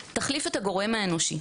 הציבור צמא להכיר את העבר שלו,